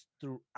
throughout